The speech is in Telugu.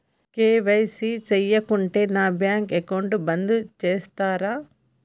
కే.వై.సీ చేయకుంటే నా బ్యాంక్ అకౌంట్ బంద్ చేస్తరా?